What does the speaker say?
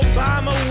Obama